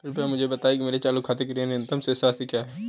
कृपया मुझे बताएं कि मेरे चालू खाते के लिए न्यूनतम शेष राशि क्या है